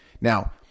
Now